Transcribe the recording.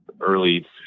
early